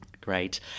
Great